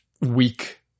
weak